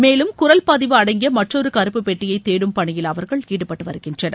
மேலும் குரல் பதிவு அடங்கிய மற்றொரு கருப்பு பெட்டியை தேடும் பணியில் அவர்கள் ஈடுபட்டு வருகின்றனர்